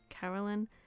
Carolyn